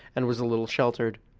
and was a little sheltered.